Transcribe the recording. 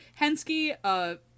Hensky